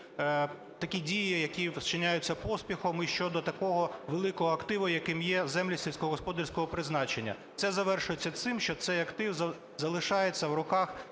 такі дії, які вчиняються поспіхом, і щодо такого великого активу, яким є землі сільськогосподарського призначення. Це завершиться тим, що цей актив залишається у руках